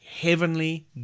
heavenly